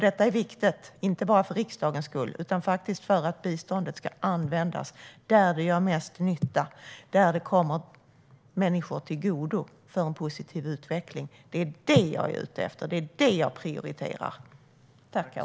Det är viktigt inte bara för riksdagens skull utan för att biståndet ska användas där det gör mest nytta och kommer människor till godo för en positiv utveckling. Det är vad jag är ute efter och prioriterar.